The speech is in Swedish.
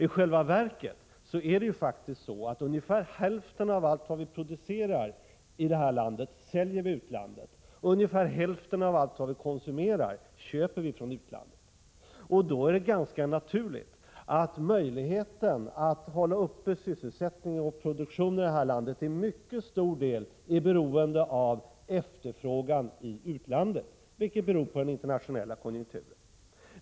I själva verket är det faktiskt så, att ungefär hälften av allt vi producerar i det här landet säljer vi i utlandet och ungefär hälften av allt vi konsumerar köper vi från utlandet. Då är det ganska naturligt att möjligheten att hålla uppe sysselsättning och produktion i vårt land till mycket stor del är beroende av efterfrågan i utlandet, vilken beror på den internationella konjunkturen.